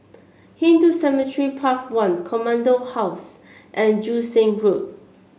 Hindu Cemetery Path One Command House and Joo Seng Road